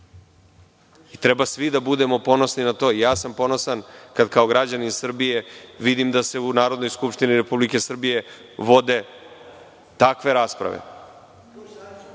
Treba svi da budemo ponosni na to. Ja sam ponosan kad, kao građanin Srbije, vidim da se u Narodnoj skupštini Republike Srbije vode takve rasprave.